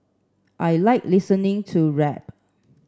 I like listening to rap